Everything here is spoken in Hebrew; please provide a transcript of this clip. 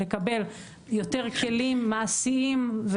לקבל יותר כלים מעשיים,